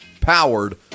powered